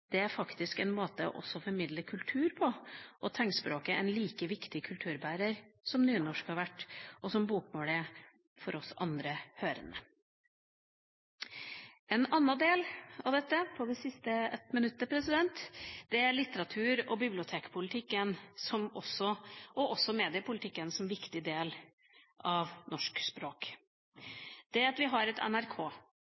det er faktisk også en måte å formidle kultur på. Og tegnspråket er en like viktig kulturbærer som nynorsk har vært, og som bokmål er, for oss hørende. En annen del av dette – i det siste minuttet – er litteratur- og bibliotekpolitikken og mediepolitikken som også er en viktig del av norsk språk.